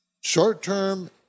Short-term